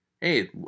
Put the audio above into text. Hey